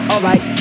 Alright